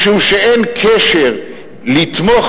משום שאין קשר בין לתמוך